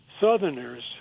Southerners